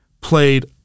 played